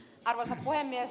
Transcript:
arvoisa puhemies